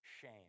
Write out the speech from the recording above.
shame